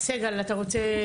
סגל, אתה רוצה?